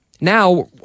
Now